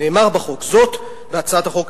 נאמר בהצעת החוק,